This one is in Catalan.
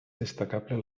destacable